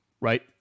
right